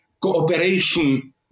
cooperation